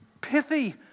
pithy